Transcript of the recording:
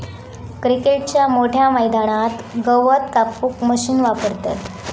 क्रिकेटच्या मोठ्या मैदानात गवत कापूक मशीन वापरतत